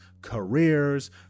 careers